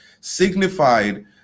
signified